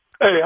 Hey